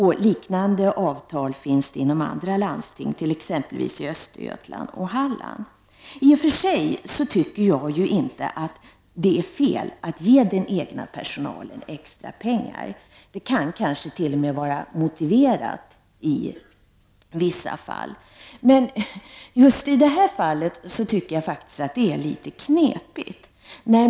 Liknande avtal har slutits i andra landsting, exempelvis i Östergötland och Halland. Jag tycker i och för sig inte att det är fel att ge den egna personalen extra pengar. Det kan kanske till och med vara motiverat i vissa fall. Men just i det här fallet anser jag faktiskt att det är litet knepigt.